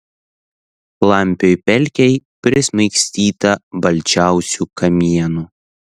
klampioj pelkėj prismaigstyta balčiausių kamienų